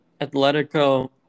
Atletico